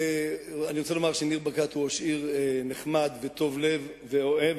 אני רוצה לומר שניר ברקת הוא ראש עיר נחמד וטוב לב ואוהב,